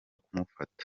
kumufata